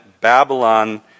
Babylon